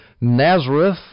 Nazareth